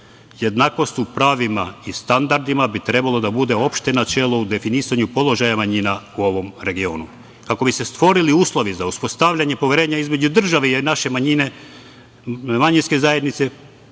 Jednakost u pravima i standardima bi trebalo da bude opšte načelo u definisanju položaja manjina u ovom regionu. Ako bi se stvorili uslovi za uspostavljanje poverenja između države i naše manjine, manjinske zajednice,